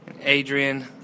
Adrian